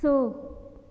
स